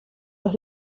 los